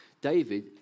David